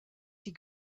die